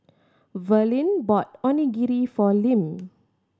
Verlin bought Onigiri for Lim